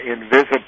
invisible